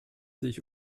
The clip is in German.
sich